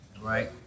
Right